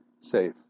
safe